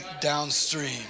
downstream